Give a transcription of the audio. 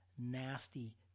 nasty